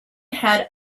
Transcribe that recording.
had